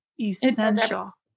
essential